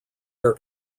air